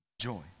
joy